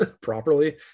properly